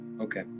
Okay